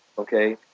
okay?